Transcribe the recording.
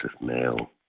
male